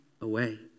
away